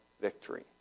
victory